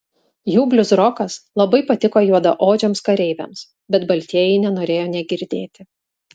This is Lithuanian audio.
jų bliuzrokas labai patiko juodaodžiams kareiviams bet baltieji nenorėjo nė girdėti